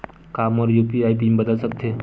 का मोर UPI pin बदल सकथे?